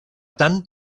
tant